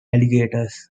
alligators